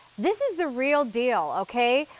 this is the real deal, okay?